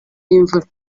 y’imvura